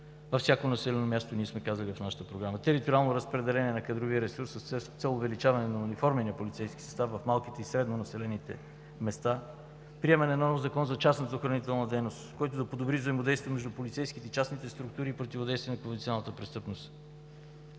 във всяко населено място – ние сме казали в нашата програма. Териториално разпределение на кадровия ресурс, с цел увеличаване на униформения полицейски състав в малките и средно големите населени места, приемане на нов Закон за частната охранителна дейност, който да подобри взаимодействието между полицейските и частните структури за противодействие на конвенционалната престъпност.